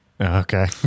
Okay